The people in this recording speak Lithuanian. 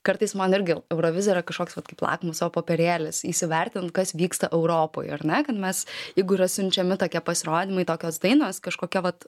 kartais man irgi eurovizija yra kažkoks vat kaip lakmuso popierėlis įsivertint kas vyksta europoj ar ne kad mes jeigu yra siunčiami tokie pasirodymai tokios dainos kažkokia vat